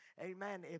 Amen